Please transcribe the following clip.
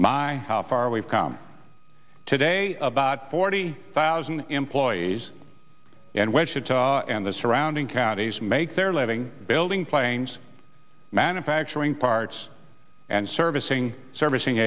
my how far we've come today about forty thousand employees and wichita and the surrounding counties make their living building planes manufacturing parts and servicing servicing